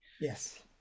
Yes